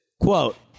quote